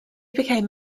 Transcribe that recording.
became